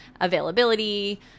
availability